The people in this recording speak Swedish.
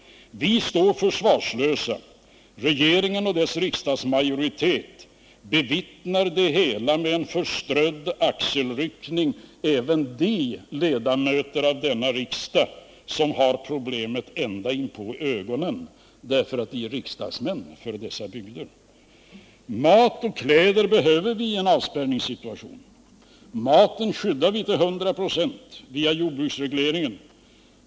Vi står försvarslösa. Regeringen och dess riksdagsmajoritet bevittnar det hela med en förströdd axelryckning — även de ledamöter av denna riksdag som har problemet ända in på ögonen, därför att de är riksdagsmän för dessa bygder. Mat och kläder behöver vi i en avspärrningssituation. Maten skyddar vi till 100 96 — vi har jordbruksregleringen.